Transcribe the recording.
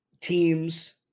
Teams